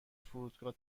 فرودگاه